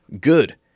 good